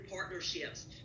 partnerships